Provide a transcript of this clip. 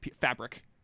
fabric